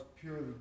purely